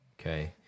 okay